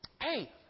hey